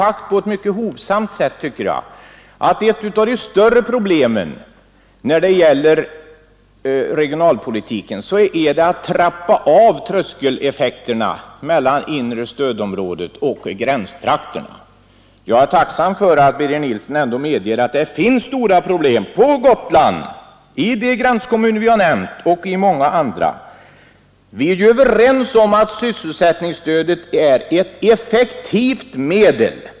Jag har sagt, mycket hovsamt tycker jag, att ett av de större problemen när det gäller regionalpolitiken är att trappa av tröskeleffekterna mel!an inre stödområdet och gränstrakterna. Jag är tacksam för att herr Nilsson medger att det finns stora problem på Gotland, i de gränskommuner som vi har nämnt och i många andra. Vi är överens om att sysselsättningsstödet är ett effektivt medel.